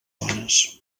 dones